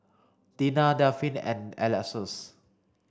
Deena Delphin and Alexus